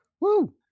Woo